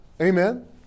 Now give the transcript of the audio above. Amen